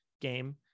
game